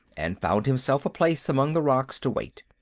and found himself a place among the rocks to wait.